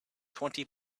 twenty